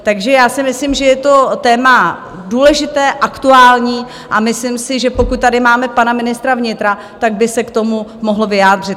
Takže já si myslím, že je to téma důležité, aktuální a myslím si, že pokud tady máme pana ministra vnitra, tak by se k tomu mohl vyjádřit.